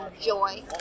joy